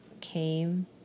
came